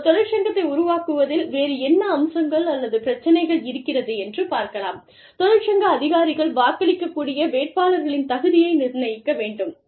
தொழிற்சங்கத்தை உருவாக்குவதில் வேறு என்ன அம்சங்கள் அல்லது பிரச்சனைகள் இருக்கிறது என்று பார்க்கலாம் தொழிற்சங்க அதிகாரிகள் வாக்களிக்கக் கூடிய வேட்பாளர்களின் தகுதியை நிர்ணயிக்க வேண்டும்